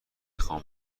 خوام